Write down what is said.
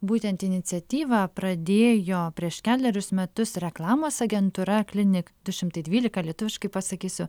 būtent iniciatyvą pradėjo prieš kelerius metus reklamos agentūra klinik du šimtai dvylika lietuviškai pasakysiu